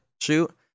shoot